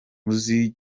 uzi